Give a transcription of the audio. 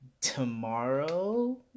tomorrow